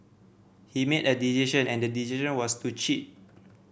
he made a decision and the decision was to cheat